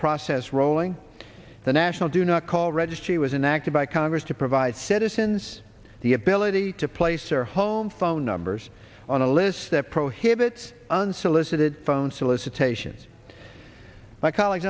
process rolling the national do not call registry was enacted by congress to provide citizens the ability to place or home phone numbers on a list that prohibits unsolicited phone solicitations to my colleagues